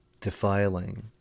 defiling